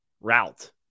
route